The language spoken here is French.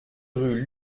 rue